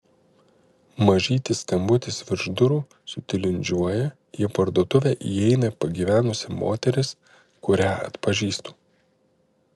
mažytis skambutis virš durų sutilindžiuoja į parduotuvę įeina pagyvenusi moteris kurią atpažįstu